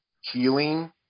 healing